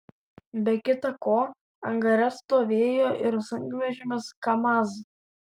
be kita ko angare stovėjo ir sunkvežimis kamaz